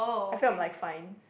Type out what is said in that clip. I feel like I'm fine